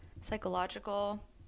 psychological